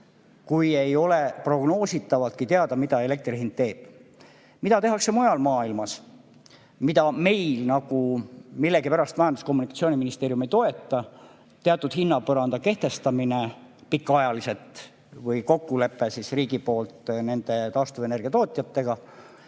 kui ei ole prognoositavaltki teada, mida elektri hind teeb. Mida tehakse mujal maailmas, mida meil nagu millegipärast Majandus- ja Kommunikatsiooniministeerium ei toeta, on teatud hinnapõranda kehtestamine pikaajaliselt või riigi kokkulepe taastuvenergia tootjatega.